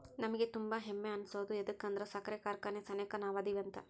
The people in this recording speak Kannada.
ನಮಿಗೆ ತುಂಬಾ ಹೆಮ್ಮೆ ಅನ್ಸೋದು ಯದುಕಂದ್ರ ಸಕ್ರೆ ಕಾರ್ಖಾನೆ ಸೆನೆಕ ನಾವದಿವಿ ಅಂತ